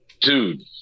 dude